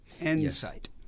Insight